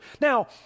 Now